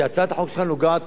כי הצעת החוק שלך נוגעת,